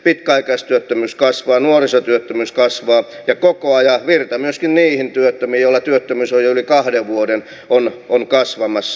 pitkäaikaistyöttömyys kasvaa nuorisotyöttömyys kasvaa ja koko ajan virta myöskin niihin työttömiin joilla työttömyys on jo yli kahden vuoden mittainen on kasvamassa